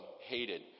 hated